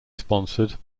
sponsored